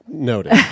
noted